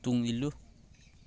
ꯇꯨꯡ ꯏꯜꯂꯨ